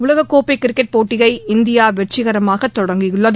உலக கோப்பை கிரிக்கெட் போட்டியை இந்தியா வெற்றிகரமாக தொடங்கியுள்ளது